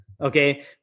Okay